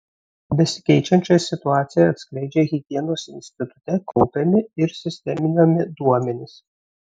besikeičiančią situaciją atskleidžia higienos institute kaupiami ir sisteminami duomenys